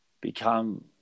become